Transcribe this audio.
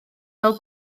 fel